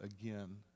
again